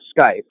Skype